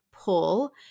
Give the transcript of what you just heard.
pull